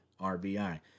RBI